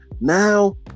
now